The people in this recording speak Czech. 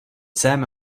sem